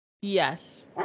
Yes